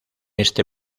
este